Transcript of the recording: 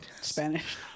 Spanish